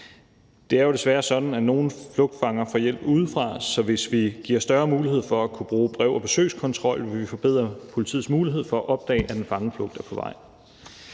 Det er jo desværre sådan, at nogle flugtfanger får hjælp udefra, så hvis vi giver større mulighed for at kunne bruge brev- og besøgskontrol, vil vi forbedre politiets muligheder for at opdage, at en fangeflugt er på vej.